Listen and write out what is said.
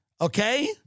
okay